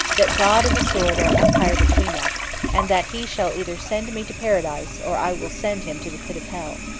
that god and the sword are umpire between us and that he shall either send me to paradise, or i will send him to the pit of hell.